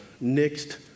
next